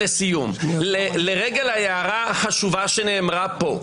לרגל ההערה החשובה שנאמרה פה.